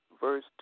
verse